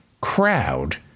crowd